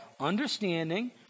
understanding